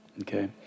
Okay